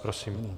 Prosím.